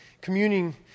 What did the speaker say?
communing